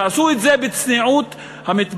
תעשו את זה בצניעות המתבקשת.